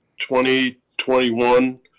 2021